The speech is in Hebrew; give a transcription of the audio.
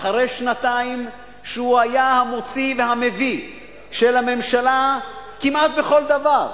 אחרי שנתיים שהוא היה המוציא והמביא של הממשלה כמעט בכל דבר,